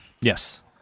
Yes